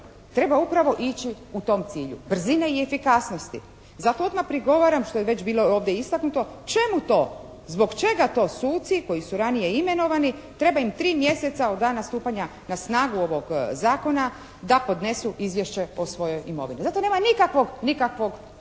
treba upravo ići u tom cilju. Brzine i efikasnosti. Zato odmah prigovaram, što je već bilo ovdje istaknuto čemu to, zbog čega to suci koji su ranije imenovani treba im 3 mjeseca od dana stupanja na snagu ovog zakona da podnesu izvješće o svojoj imovini. Za to nema nikakvog, nikakvog